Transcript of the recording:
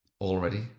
already